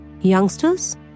youngsters